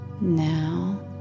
Now